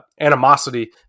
animosity